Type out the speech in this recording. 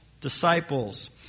disciples